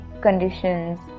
conditions